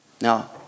Now